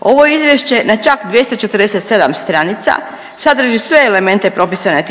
Ovo izvješće na čak 247 stranica sadrži sve elemente propisane